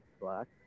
black